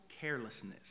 carelessness